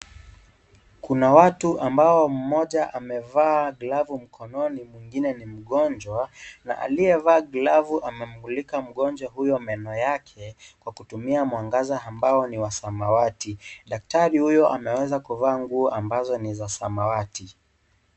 Kuna watu ambao mmoja amevaa glavu mkononi, mwingine ni mgonjwa na aliyevaa glavu amemmulika mgonjwa huyo meno yake kwa kutumia mwangaza ambao ni wa smawati, daktari huyo ameweza kuvaa nguo ambazo ni za samawati.